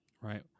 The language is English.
Right